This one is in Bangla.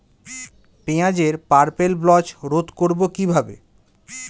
পেঁয়াজের পার্পেল ব্লচ রোধ করবো কিভাবে?